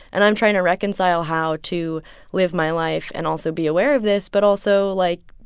and i'm trying to reconcile how to live my life and also be aware of this but also, like,